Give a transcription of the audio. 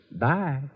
Bye